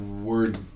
Word